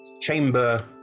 chamber